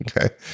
okay